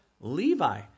Levi